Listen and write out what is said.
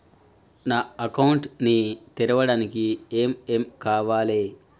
నా అకౌంట్ ని తెరవడానికి ఏం ఏం కావాలే?